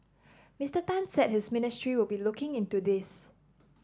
Mister Tan said his ministry will be looking into this